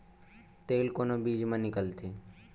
तेल कोन बीज मा निकलथे?